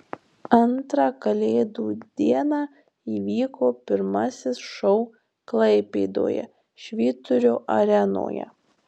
antrą kalėdų dieną įvyko pirmasis šou klaipėdoje švyturio arenoje